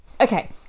Okay